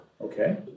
Okay